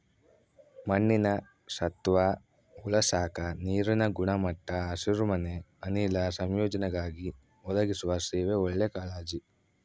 ಮಣ್ಣಿನ ಸತ್ವ ಉಳಸಾಕ ನೀರಿನ ಗುಣಮಟ್ಟ ಹಸಿರುಮನೆ ಅನಿಲ ಸಂಯೋಜನೆಗಾಗಿ ಒದಗಿಸುವ ಸೇವೆ ಒಳ್ಳೆ ಕಾಳಜಿ